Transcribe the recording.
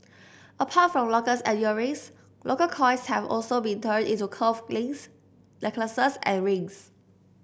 apart from lockets and earrings local coins have also been turned into cuff links necklaces and rings